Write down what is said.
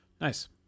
nice